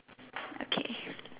okay